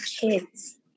kids